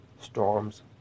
storms